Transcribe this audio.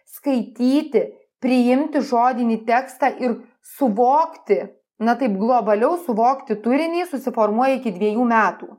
skaityti priimti žodinį tekstą ir suvokti na taip globaliau suvokti turinį susiformuoja iki dviejų metų